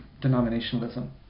denominationalism